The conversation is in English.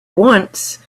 once